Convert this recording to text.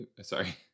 sorry